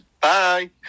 Bye